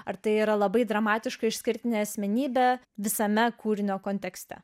ar tai yra labai dramatiška išskirtinė asmenybė visame kūrinio kontekste